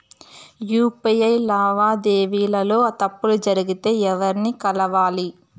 UPI లావాదేవీల లో తప్పులు జరిగితే ఎవర్ని కలవాలి?